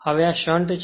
હવે આ શંટ છે